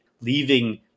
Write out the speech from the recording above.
leaving